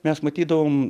mes matydavom